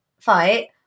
fight